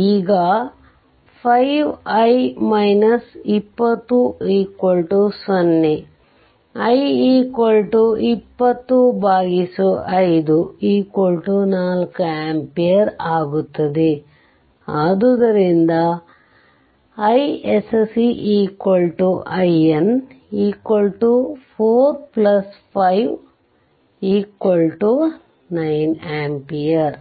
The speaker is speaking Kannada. ಆಗ 5 i 20 0 i2054 ampere ಆಗುತ್ತದೆ ಆದುದರಿಂದ iSC IN 4 59 ampere